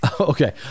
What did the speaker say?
Okay